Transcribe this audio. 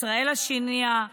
"ישראל השנייה",